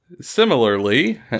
similarly